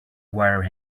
wire